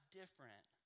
different